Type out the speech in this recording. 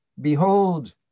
Behold